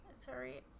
Sorry